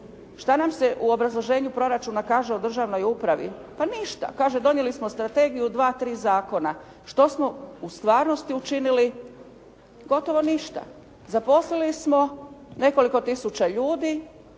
Što nam se u obrazloženju proračuna kaže o državnoj upravi? Pa ništa. Kaže donijeli smo strategiju, dva, tri zakona. Što smo u stvarnosti učinili? Gotovo ništa. Zaposlili smo nekoliko tisuća ljudi,